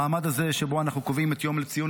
המעמד הזה שבו אנחנו קובעים יום לציון